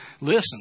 listen